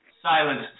Silence